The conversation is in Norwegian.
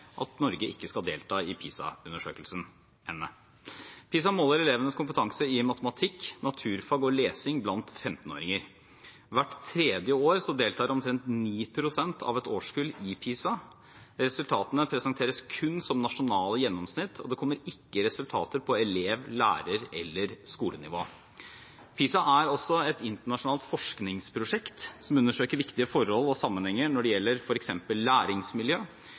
at Norge ikke skal delta i PISA-undersøkelsene. PISA måler elevenes kompetanse i matematikk, naturfag og lesing blant 15-åringer. Hvert tredje år deltar omtrent 9 pst. av et årskull i PISA. Resultatene presenteres kun som nasjonale gjennomsnitt, og det kommer ikke resultater på elev-, lærer- eller skolenivå. PISA er også et internasjonalt forskningsprosjekt som undersøker viktige forhold og sammenhenger når det gjelder f.eks. læringsmiljø,